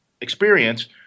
experience